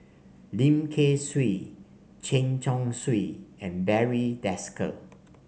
Lim Kay Siu Chen Chong Swee and Barry Desker